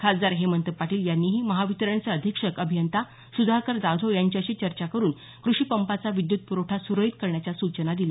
खासदार हेमंत पाटील यांनीही महावितरणचे अधिक्षक अभियंता सुधाकर जाधव यांच्याशी चर्चा करून कृषीपंपाचा विद्युत पुरवठा सुरळीत करण्याच्या सूचना दिल्या